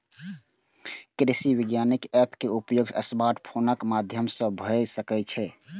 कृषि वानिकी एप के उपयोग स्मार्टफोनक माध्यम सं भए सकै छै